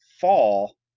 fall